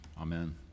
amen